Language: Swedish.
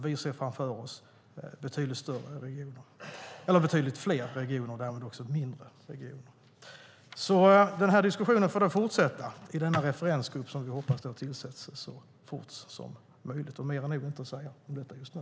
Vi ser framför oss betydligt fler och därmed mindre regioner. Diskussionen får fortsätta i den referensgrupp som vi hoppas tillsätts så fort som möjligt. Mer är nog inte att säga om detta just nu.